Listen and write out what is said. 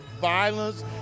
violence